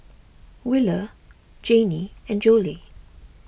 Wheeler Janey and Jolie